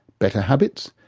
better habits,